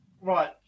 Right